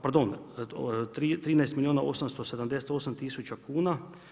Pardon 13 milijuna 878 tisuća kuna.